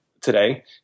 today